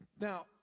Now